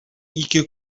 ике